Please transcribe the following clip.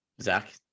Zach